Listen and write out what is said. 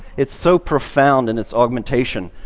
it's so profound in its augmentation,